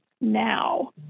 now